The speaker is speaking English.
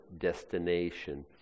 destination